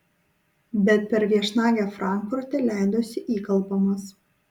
bet per viešnagę frankfurte leidosi įkalbamas